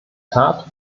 tat